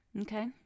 Okay